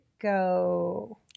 go